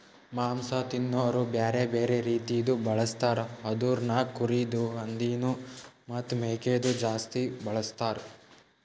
ಮಾಂಸ ತಿನೋರು ಬ್ಯಾರೆ ಬ್ಯಾರೆ ರೀತಿದು ಬಳಸ್ತಾರ್ ಅದುರಾಗ್ ಕುರಿದು, ಹಂದಿದು ಮತ್ತ್ ಮೇಕೆದು ಜಾಸ್ತಿ ಬಳಸ್ತಾರ್